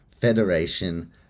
federation